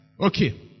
Okay